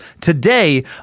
today